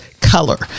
color